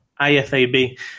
IFAB